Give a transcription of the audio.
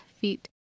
feet